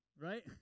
right